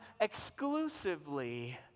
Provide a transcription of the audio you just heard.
exclusively